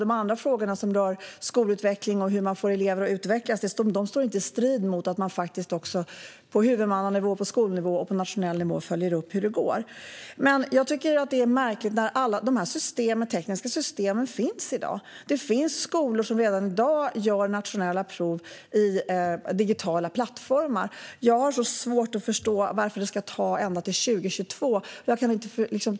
De andra frågorna, om skolutveckling och hur man får elever att utvecklas, står inte i strid med att man på huvudmannanivå, på skolnivå och på nationell nivå följer upp hur det går. Alla de här tekniska systemen finns i dag. Det finns skolor som redan i dag gör nationella prov i digitala plattformar. Jag har svårt att förstå varför detta ska ta ända till 2022.